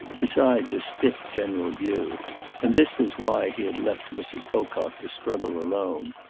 besides a stiff general view and this was why he had left mrs. pocock to struggle alone.